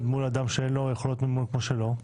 מול אדם שאין לו יכולת מימון כמו שלו?